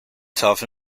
tough